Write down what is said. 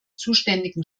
zuständigen